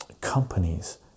companies